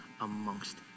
amongst